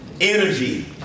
Energy